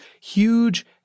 huge